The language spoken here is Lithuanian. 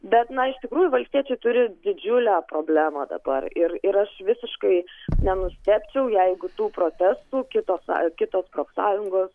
bet na iš tikrųjų valstiečiai turi didžiulę problemą dabar ir ir aš visiškai nenustebčiau jeigu tų protestų kitos kitos profsąjungos